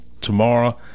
tomorrow